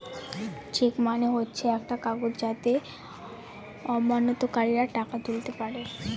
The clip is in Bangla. চেক মানে হচ্ছে একটা কাগজ যাতে আমানতকারীরা টাকা তুলতে পারে